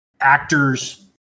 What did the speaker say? actors